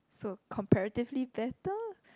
so comparatively better